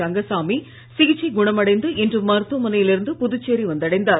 ரங்கசாமி சிகிச்சை குணமடைந்து இன்று மருத்துவமனையில் இருந்து புதுச்சேரி வந்தடைந்தார்